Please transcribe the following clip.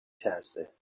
ترسه